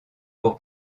pour